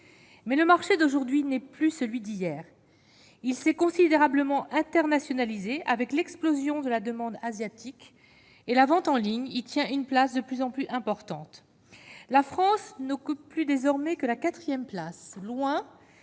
mais le marché d'aujourd'hui n'est plus celui d'hier, il s'est considérablement internationalisée avec l'explosion de la demande asiatique et la vente en ligne, il tient une place de plus en plus importante, la France ne coûte plus désormais que la 4ème place, loin,